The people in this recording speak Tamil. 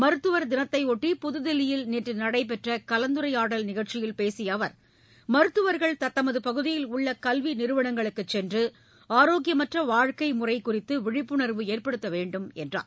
மருத்துவர் தினத்தையொட்டி பதுதில்லியில் நேற்று நடைபெற்ற கலந்துரையாடல் நிகழ்ச்சியில் பேசிய அவா் மருத்துவா்கள் தத்தமது பகுதியில் உள்ள கல்வி நிறுவனங்களுக்கு சென்று ஆரோக்கியமற்ற வாழ்க்கை முறை குறித்து விழிப்புணர்வு ஏற்படுத்த வேண்டும் என்றார்